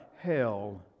hell